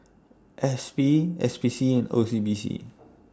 S P S P C and O C B C